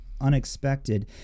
unexpected